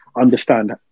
understand